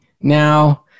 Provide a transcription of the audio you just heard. now